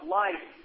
life